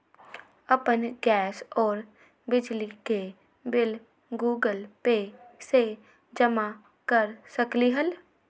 अपन गैस और बिजली के बिल गूगल पे से जमा कर सकलीहल?